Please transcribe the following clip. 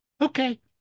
Okay